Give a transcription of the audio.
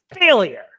failure